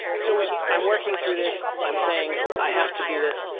so i'm working through this. i'm saying, i have to do this.